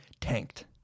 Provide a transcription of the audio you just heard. tanked